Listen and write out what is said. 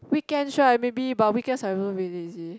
weekends right maybe but weekends I also very lazy